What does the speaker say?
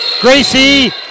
Gracie